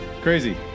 crazy